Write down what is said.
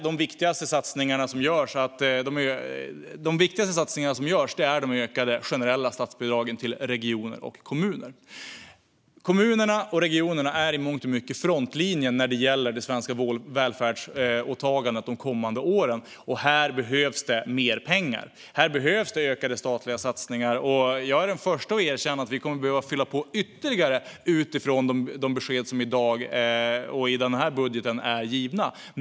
De viktigaste satsningarna är de ökade generella statsbidragen till regioner och kommuner. Kommunerna och regionerna är i mångt och mycket frontlinjen när det gäller det svenska välfärdsåtagandet de kommande åren. Här behövs det mer pengar. Här behövs ökade statliga satsningar, och jag är den förste att erkänna att vi kommer att behöva fylla på ytterligare utifrån de besked som i dag och i den här budgeten är givna.